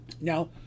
Now